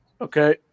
Okay